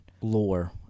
lore